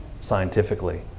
scientifically